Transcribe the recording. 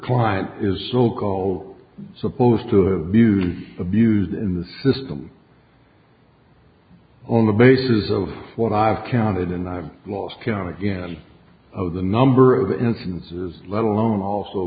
client is so called supposed to abuse abuse in the system on the basis of what i've counted and i've lost count again of the number of instances let alone also